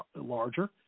larger